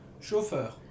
Chauffeur